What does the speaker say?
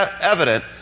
evident